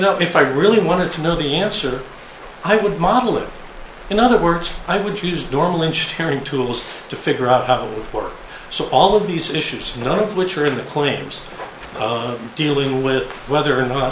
know if i really wanted to know the answer i would model it in other words i would use normal in sharing tools to figure out how to work so all of these issues none of which are in the claims dealing with whether or not